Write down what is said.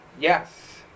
Yes